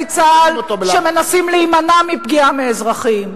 צה"ל שמנסים להימנע מפגיעה באזרחים.